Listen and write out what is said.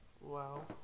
Wow